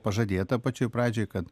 pažadėta pačioj pradžioj kad